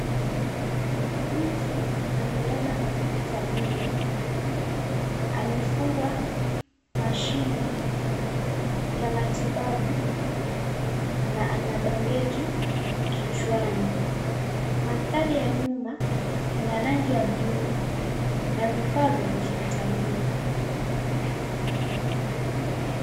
Mtu amelala hospitalini, amefungwa mashine ya matibabu na ana bandegi kichwani. Mandhari ya nyuma ina rangi ya buluu na vifaa vya hospitalini.